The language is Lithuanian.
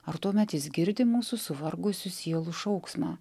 ar tuomet jis girdi mūsų suvargusių sielų šauksmą